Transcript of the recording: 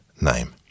name